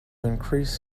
increase